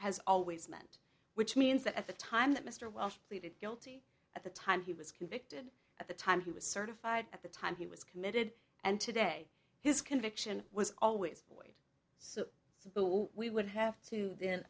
has always meant which means that at the time that mr wells pleaded guilty at the time he was convicted at the time he was certified at the time he was committed and today his conviction was always void so suppose we would have to then